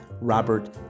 Robert